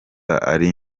ari